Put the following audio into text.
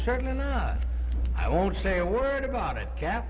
certainly not i won't say a word about it